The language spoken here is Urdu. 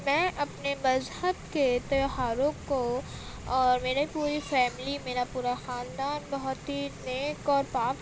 میں اپنے مذہب کے تیوہاروں کو اور میرے پوری فیملی میرا پورا خاندان بہت ہی نیک اور پاک